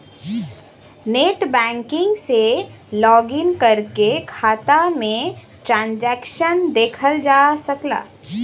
net banking से login करके खाता में ट्रांसैक्शन देखल जा सकला